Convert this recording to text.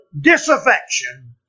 disaffection